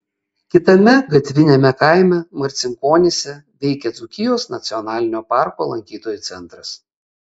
kitame gatviniame kaime marcinkonyse veikia dzūkijos nacionalinio parko lankytojų centras